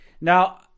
Now